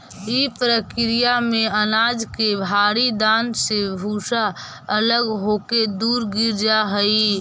इ प्रक्रिया में अनाज के भारी दाना से भूसा अलग होके दूर गिर जा हई